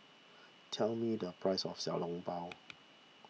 tell me the price of Xiao Long Bao